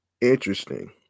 interesting